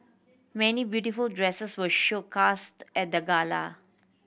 many beautiful dresses were showcased at the gala